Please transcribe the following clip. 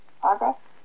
Progress